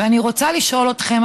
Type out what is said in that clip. ואני רוצה לשאול אתכם,